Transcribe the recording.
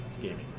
gaming